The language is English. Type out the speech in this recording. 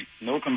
no